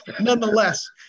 nonetheless